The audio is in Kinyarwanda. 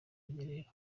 rugerero